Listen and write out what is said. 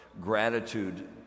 gratitude